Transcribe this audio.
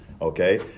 okay